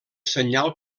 senyal